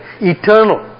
eternal